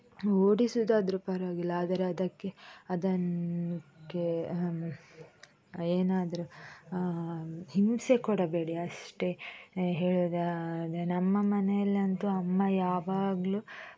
ಓಡಿಸುವುದಾದ್ರು ಪರವಾಗಿಲ್ಲ ಆದರೆ ಅದಕ್ಕೆ ಅದಕ್ಕೆ ಏನಾದ್ರೂ ಹಿಂಸೆ ಕೊಡಬೇಡಿ ಅಷ್ಟೇ ಹೇಳುವುದಾದ್ರೆ ನಮ್ಮ ಮನೆಯಲ್ಲಂತು ಅಮ್ಮ ಯಾವಾಗಲು